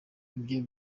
ibyo